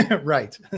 Right